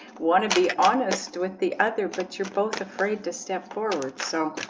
want to be honest with the other but you're both afraid to step forward. so